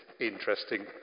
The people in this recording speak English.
interesting